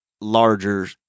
larger